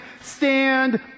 Stand